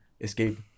escape